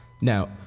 Now